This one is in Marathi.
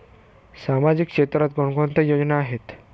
सामाजिक क्षेत्रात कोणकोणत्या योजना आहेत?